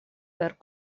per